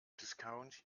discount